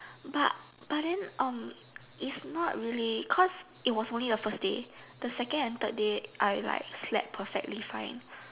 but but then um it's not really cause it was only the first day the second and third day like I slept perfectly fine